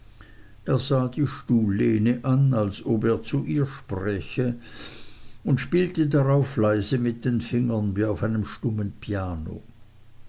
er sah die stuhllehne an als ob er zu ihr spräche und spielte darauf leise mit den fingern wie auf einem stummen piano